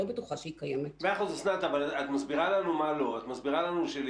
מה זאת אומרת?